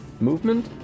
movement